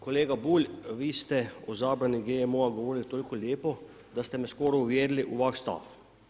Kolega Bulj, vi ste o zabrani GMO-a govorili toliko lijepo da ste me skoro uvjerili u vaš stav.